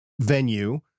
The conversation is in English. venue